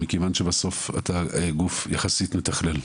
מכיוון שבסוף אתה גוף יחסית מתכלל,